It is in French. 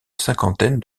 cinquantaine